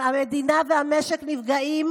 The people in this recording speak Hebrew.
המדינה והמשק נפגעים,